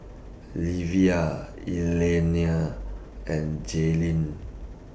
Livia Elliania and Jaelyn